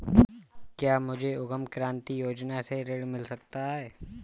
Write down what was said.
क्या मुझे उद्यम क्रांति योजना से ऋण मिल सकता है?